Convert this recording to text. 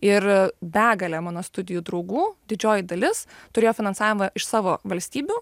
ir begalė mano studijų draugų didžioji dalis turėjo finansavimą iš savo valstybių